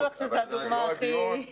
לא בטוח שזו הדוגמה הכי טובה.